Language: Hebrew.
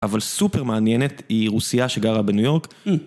אבל סופר מעניינת, היא רוסיה שגרה בניו יורק,